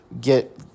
get